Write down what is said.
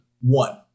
one